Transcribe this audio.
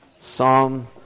Psalm